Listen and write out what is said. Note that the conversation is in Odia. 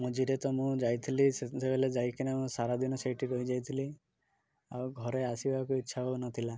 ମଝିରେ ତ ମୁଁ ଯାଇଥିଲି ସେ ସେତେବେଲେ ଯାଇକିନା ମୁଁ ସାରାଦିନ ସେଇଠି ରହିଯାଇଥିଲି ଆଉ ଘରେ ଆସିବାକୁ ଇଚ୍ଛା ହଉନଥିଲା